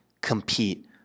compete